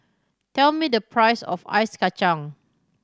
tell me the price of ice kacang